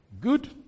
Good